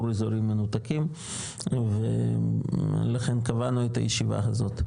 אזורים מנותקים ולכן קבענו את הישיבה הזאת.